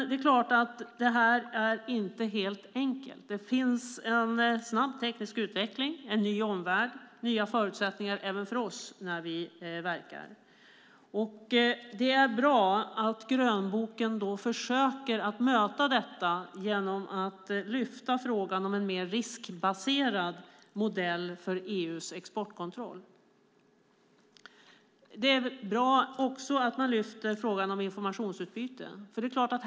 Det här är inte helt enkelt. Det råder en snabb teknisk utveckling, en ny omvärld och nya förutsättningar även för oss. Det är bra att grönboken försöker att möta detta genom att lyfta upp frågan om en mer riskbaserad modell för EU:s exportkontroll. Det är också bra att frågan om informationsutbyte lyfts upp.